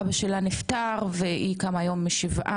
האבא שלה נפטר, והיא קמה היום משבעה.